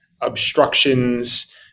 obstructions